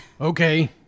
Okay